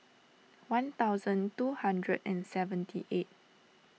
one thousand two hundred and seventy eight